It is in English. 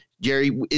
Jerry